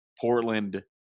portland